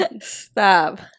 Stop